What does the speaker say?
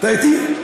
אתה אתי?